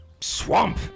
swamp